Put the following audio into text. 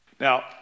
Now